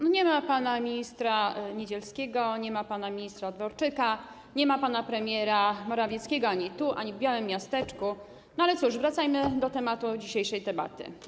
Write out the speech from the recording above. Nie ma pana ministra Niedzielskiego, nie ma pana ministra Dworczyka, nie ma pana premiera Morawieckiego ani tu, ani w białym miasteczku, ale cóż, wracamy do tematu dzisiejszej debaty.